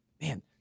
man